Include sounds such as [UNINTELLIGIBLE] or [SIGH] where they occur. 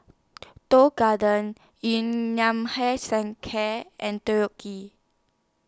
Tong Garden Yun Nam Hair Sun Care and [UNINTELLIGIBLE]